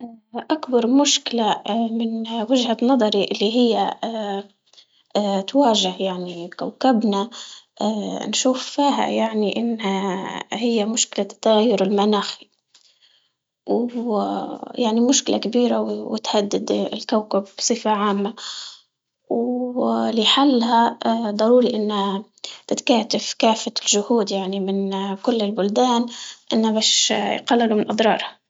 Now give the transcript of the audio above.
أكبر مشكلة من وجهة نظري اللي هي تواجه يعني كوكبنا نشوفها يعني إنها هي مشكلة التغير المناخي، و- يعني مشكلة كبيرة وتهدد الكوكب بصفة عامة، ولحلها ضروري إنه تتكاتف كافة الجهود، يعني من كل البلدان إنه باش يقللوا من أضرارها.